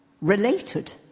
related